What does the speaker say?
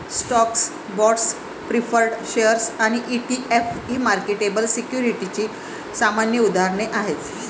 stocks, bonds, preferred shares आणि ETF ही marketable सिक्युरिटीजची सामान्य उदाहरणे आहेत